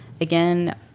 Again